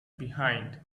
behind